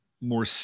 more